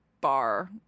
bar